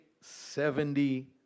seventy